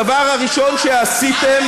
הדבר הראשון שעשיתם,